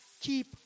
keep